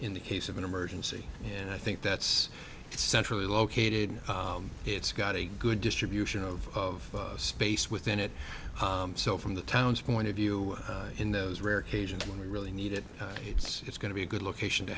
in the case of an emergency and i think that's centrally located it's got a good distribution of space within it so from the town's point of view in those rare occasions when we really need it it's it's going to be a good location to